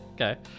okay